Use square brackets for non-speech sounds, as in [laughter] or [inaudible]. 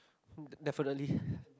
hmm definitely [breath]